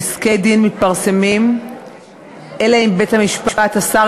פסקי-דין מתפרסמים אלא אם כן בית-המשפט אסר